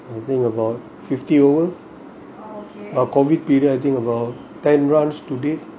I think about fifty over but COVID period I did about ten rounds to date